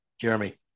Jeremy